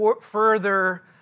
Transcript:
further